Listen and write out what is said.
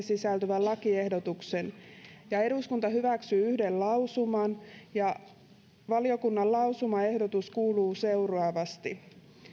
sisältyvän lakiehdotuksen eduskunta hyväksyy yhden lausuman ja valiokunnan lausumaehdotus kuuluu seuraavasti